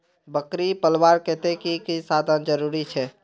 बकरी पलवार केते की की साधन जरूरी छे?